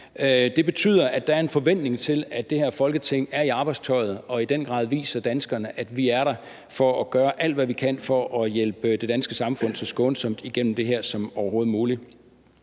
Det betyder, at der er en forventning om, at det her Folketing er i arbejdstøjet og i den grad viser danskerne, at vi er der for at gøre alt, hvad vi kan for at hjælpe det danske samfund så skånsomt igennem det her som overhovedet muligt.